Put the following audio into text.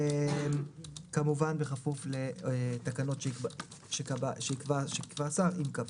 כמובן בכפוף לתקנות שיקבע השר אם קבע.